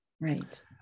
right